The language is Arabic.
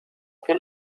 فِي